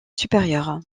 supérieure